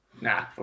Nah